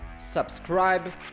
subscribe